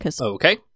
Okay